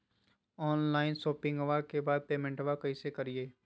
Online शोपिंग्बा के बाद पेमेंटबा कैसे करीय?